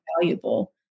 valuable